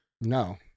No